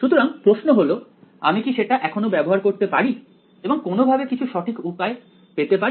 সুতরাং প্রশ্ন হল আমি কি সেটা এখনো ব্যবহার করতে পারি এবং কোনোভাবে নির্ণয় করার কিছু সঠিক উপায় পেতে পারি